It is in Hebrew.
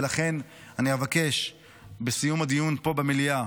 ולכן אני אבקש בסיום הדיון פה במליאה